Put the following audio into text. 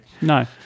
No